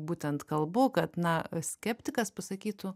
būtent kalbu kad na skeptikas pasakytų